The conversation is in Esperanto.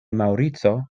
maŭrico